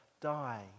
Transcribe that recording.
die